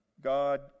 God